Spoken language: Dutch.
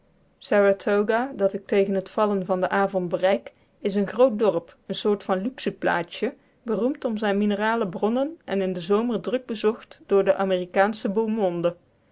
dat ik tegen het vallen van den avond bereik is een groot dorp een soort van luxe plaatsje beroemd om zijne minerale bronnen en in den zomer druk bezocht door de amerikaansche beau monde